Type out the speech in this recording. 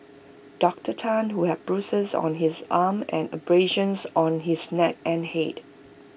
Doctor Tan who had bruises on his arm and abrasions on his neck and Head